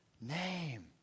name